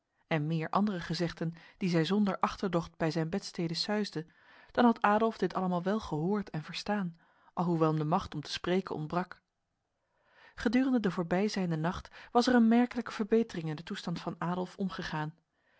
en meer andere gezegden die zij zonder achterdocht bij zijn bedstede suisde dan had adolf dit allemaal wel gehoord en verstaan alhoewel hem de macht om te spreken ontbrak gedurende de voorbijzijnde nacht was er een merkelijke verbetering in de toestand van adolf omgegaan